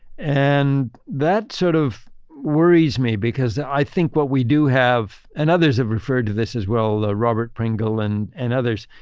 and that sort of worries me because i think what we do have. and others have referred to this as well, robert pringle and and others.